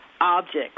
objects